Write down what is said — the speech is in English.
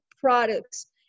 products